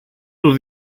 του